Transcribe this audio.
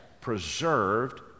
preserved